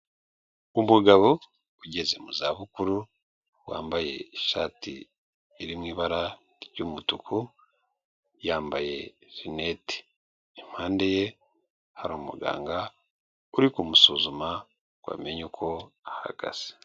Umugabo ugeze mu za bukuru wambaye ishati iri mu ibara ry'umutuku, yambaye rinete. Impande ye hari umuganga uri kumusuzuma ngo amenye uko ahagaze.